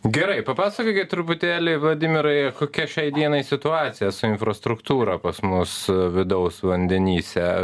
gerai papasakokit truputėlį vladimirai kokia šiai dienai situacija su infrastruktūra pas mus vidaus vandenyse